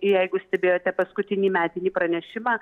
jeigu stebėjote paskutinį metinį pranešimą